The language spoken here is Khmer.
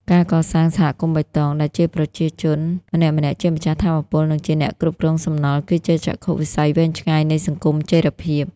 ការកសាង "សហគមន៍បៃតង" ដែលប្រជាជនម្នាក់ៗជាម្ចាស់ថាមពល និងជាអ្នកគ្រប់គ្រងសំណល់ គឺជាចក្ខុវិស័យវែងឆ្ងាយនៃសង្គមចីរភាព។